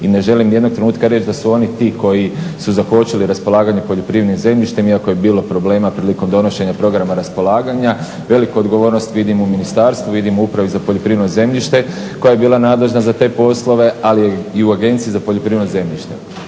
i ne želim nijednog trenutka reći da su oni ti koji su zakočili raspolaganje poljoprivrednim zemljištem. Iako je bilo problema prilikom donošenja programa raspolaganja veliku odgovornost vidim u ministarstvu, vidim u Upravi za poljoprivredno zemljište koja je bila nadležna za te poslove, ali i u Agenciji za poljoprivredno zemljište.